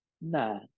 nah